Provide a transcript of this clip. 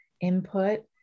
input